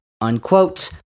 unquote